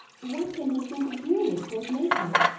what can he think of doing at port natal?